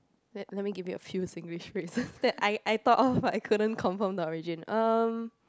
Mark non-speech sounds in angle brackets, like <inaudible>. let let me give you a few Singlish phrases <laughs> that I I thought of but I couldn't confirm the origin um